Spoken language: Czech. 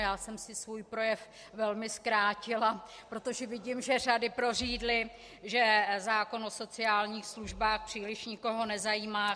Já jsem si svůj projev velmi zkrátila, protože vidím, že řady prořídly, že zákon o sociálních službách příliš nikoho nezajímá.